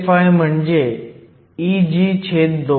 EFi म्हणजे Eg2